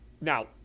Now